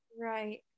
Right